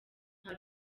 nta